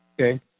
Okay